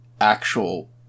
actual